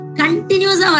continuous